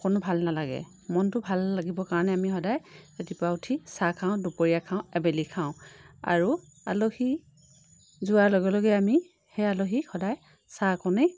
অকণো ভাল নালাগে মনটো ভাল লাগিবৰ কাৰণে আমি সদায় ৰাতিপুৱা উঠি চাহ খাওঁ দুপৰীয়া খাওঁ আবেলি খাওঁ আৰু আলহী যোৱাৰ লগে লগে আমি সেই আলহীক সদায় চাহকণেই